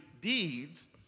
deeds